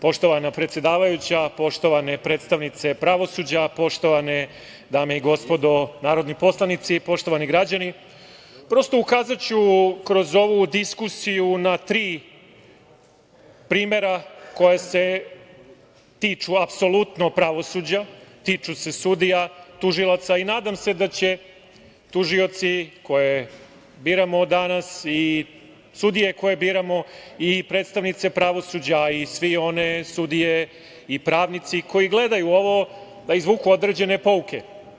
Poštovana predsedavajuća, poštovane predstavnice pravosuđa, poštovane dame i gospodo narodni poslanici, poštovani građani, prosto, ukazaću kroz ovu diskusiju na tri primera koja se tiču apsolutno pravosuđa, tiču se sudija, tužilaca i nadam se da će tužioci koje biramo danas i sudije koje biramo i predstavnice pravosuđa a i sve one sudije i pravnici koji gledaju ovo, da izvuku određene pouke.